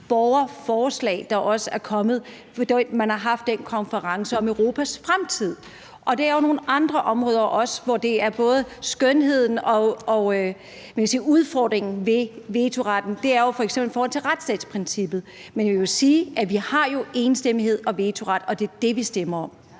borgerforslag, der også er kommet. For man har haft den konference om Europas fremtid, og det er jo også nogle andre områder, hvor man kan sige, at både skønheden og udfordringen ved vetoretten f.eks. er i forhold til retsstatsprincippet. Men vi må jo sige, at vi har enstemmighed og vetoret, og det er det, vi stemmer om.